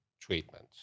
treatment